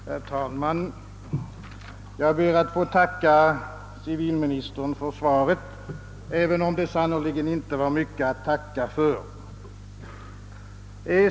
Herr talman! Jag ber att få tacka civilministern för svaret — även om det sannerligen inte var mycket att tacka för.